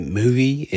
movie